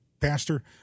Pastor